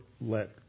let